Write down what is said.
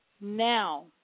Now